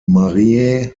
mariä